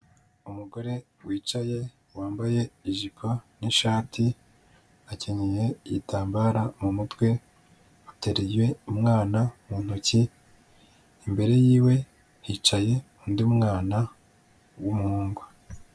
Umugore wicaye wambaye ijipo n'ishati, akenyeye igitambara mu mutwe, utereye umwana mu ntoki, imbere y'iwe hicaye undi mwana w'umuhungu.